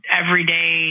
everyday